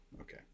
Okay